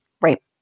Right